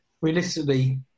realistically